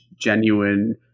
genuine